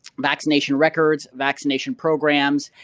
vaccination records, vaccination programs,